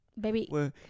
Baby